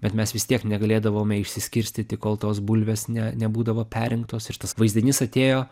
bet mes vis tiek negalėdavome išsiskirstyti kol tos bulvės ne nebūdavo perrinktos ir tas vaizdinys atėjo